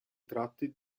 tratti